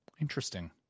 interesting